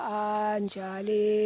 anjali